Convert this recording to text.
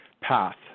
path